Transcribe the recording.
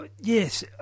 Yes